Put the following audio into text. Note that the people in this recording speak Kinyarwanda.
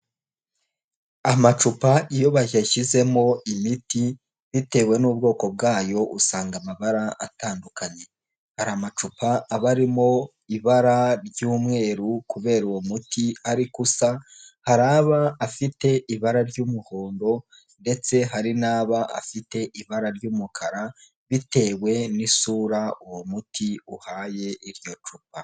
Amacupa iyo bayashyizemo imiti bitewe n'ubwoko bwayo usanga amabara atandukanye, hari amacupa aba arimo ibara ry'umweru kubera uwo muti ariko usa, hari aba afite ibara ry'umuhondo ndetse hari n'aba afite ibara ry'umukara bitewe n'isura uwo muti uhaye iryo cupa.